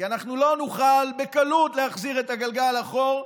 כי אנחנו לא נוכל בקלות להחזיר את הגלגל לאחור,